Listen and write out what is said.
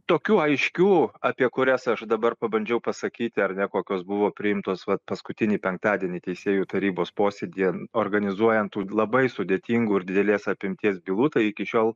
tokių aiškių apie kurias aš dabar pabandžiau pasakyti ar ne kokios buvo priimtos vat paskutinį penktadienį teisėjų tarybos posėdyje organizuojant tų labai sudėtingų ir didelės apimties bylų tai iki šiol